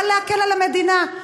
בא להקל על המדינה,